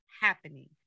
happening